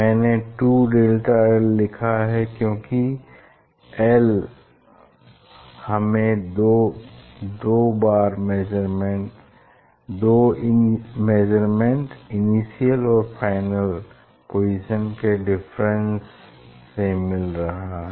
मैंने 2δl लिखा है क्योंकि l हमें दो मेजरमेन्ट इनिशियल और फाइनल पोजीशन के डिफरेंस से मिल रहा है